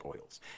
oils